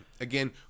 Again